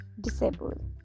disabled